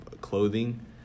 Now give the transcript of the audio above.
clothing